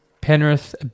Penrith